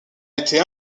été